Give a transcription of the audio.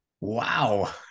Wow